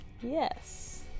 Yes